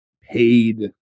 paid